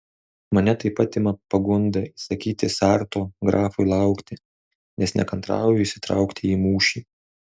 mane taip pat ima pagunda įsakyti sarto grafui laukti nes nekantrauju įsitraukti į mūšį